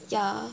ya